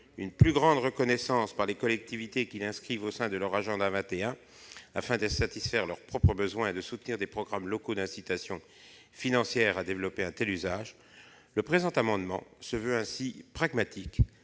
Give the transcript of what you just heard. une plus grande reconnaissance par les collectivités, qui l'inscrivent au sein de leur agenda 21 pour satisfaire leurs propres besoins et soutenir des programmes locaux d'incitation financière à développer un tel usage. À cet égard, le présent amendement est un amendement pragmatique